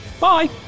Bye